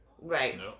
right